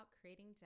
creating